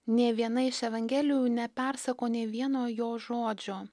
nė viena iš evangelijų nepersako nei vieno jo žodžio